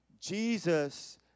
jesus